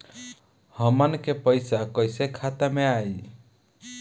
हमन के पईसा कइसे खाता में आय?